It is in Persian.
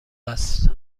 است